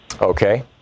okay